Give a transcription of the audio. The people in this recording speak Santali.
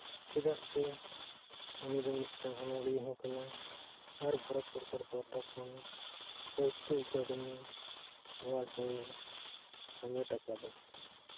ᱪᱮᱫᱟᱜ ᱥᱮ ᱩᱱᱤᱫᱚ ᱢᱤᱫᱴᱟᱝ ᱚᱱᱚᱞᱤᱭᱟᱹ ᱦᱚᱸ ᱠᱟᱱᱟᱭ ᱟᱨ ᱵᱷᱟᱨᱚᱛ ᱥᱚᱨᱠᱟᱨ ᱯᱟᱦᱴᱟ ᱠᱷᱚᱱ ᱥᱟᱦᱤᱛᱛᱚ ᱮᱠᱟᱰᱮᱢᱤ ᱮᱣᱟᱨᱰᱲ ᱦᱚᱸᱭ ᱦᱟᱢᱮᱴ ᱟᱠᱟᱫᱟ